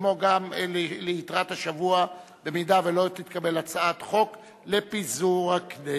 וגם ליתר השבוע אם לא תתקבל הצעת החוק לפיזור הכנסת.